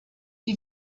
wie